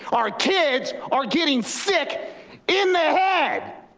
our kids are getting sick in the head.